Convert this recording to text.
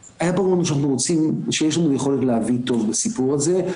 הרווחה והבריאות לעניין הטיפול והסיוע לנפגעי פוסט טראומה בעקבות לחימה.